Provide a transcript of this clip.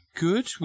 Good